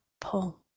pull